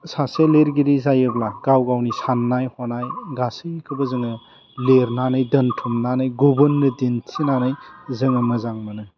सासे लिरगिरि जायोब्ला गावगावनि सान्नाय हनाय गासैखौबो जोङो लेरनानै दोन्थुमनानै गुबुननो दिन्थिनानै जोङो मोजां मोनो